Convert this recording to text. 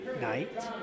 night